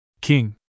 King